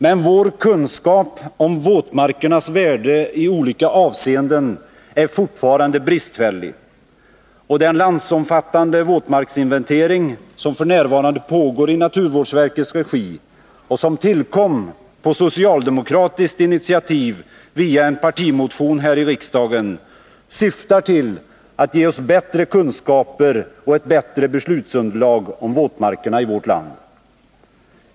Men vår kunskap om våtmarkernas värde i olika avseenden är fortfarande bristfällig. Den landsomfattande våtmarksinventering som f.n. pågår i naturvårdsverkets regi och som tillkom på socialdemokratiskt initiativ via en partimotion här i riksdagen syftar till att ge oss bättre kunskaper och ett bättre beslutsunderlag om våtmarkerna i vårt land.